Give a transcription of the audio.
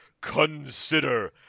Consider